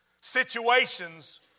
Situations